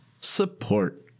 support